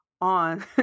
on